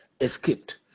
escaped